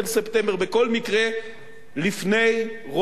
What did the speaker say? בכל מקרה לפני ראש השנה.